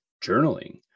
journaling